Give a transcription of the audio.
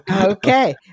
Okay